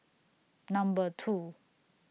Number two